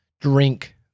drink